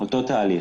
אותו תהליך.